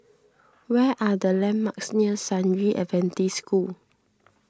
where are the landmarks near San Yu Adventist School